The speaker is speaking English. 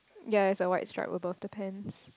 ya it's a white strip above the pants